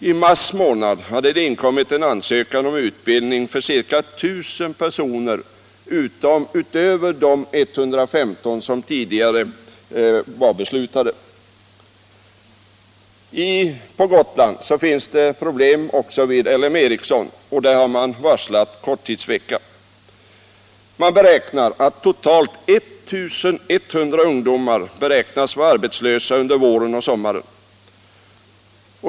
I mars månad hade det inkommit ansökan om utbildning för ca 1000 personer utöver de tidigare beslutade 115. På Gotland finns det också problem vid bl.a. LM Ericsson; där har man varslat om korttidsvecka. Totalt 1 100 ungdomar beräknas vara arbetslösa under våren och sommaren.